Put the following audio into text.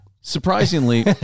Surprisingly